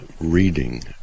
reading